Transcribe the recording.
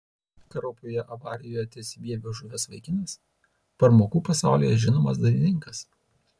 kraupioje avarijoje ties vieviu žuvęs vaikinas pramogų pasaulyje žinomas dainininkas